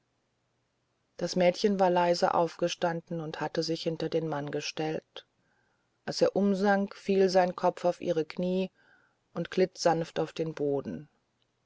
das mädchen war leise aufgestanden und hatte sich hinter den mann gestellt als er umsank fiel sein kopf an ihre knie und glitt sanft auf den boden